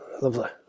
lovely